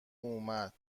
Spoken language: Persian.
اومد